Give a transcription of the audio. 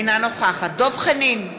אינה נוכחת דב חנין,